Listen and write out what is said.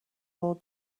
more